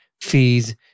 fees